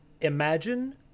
Imagine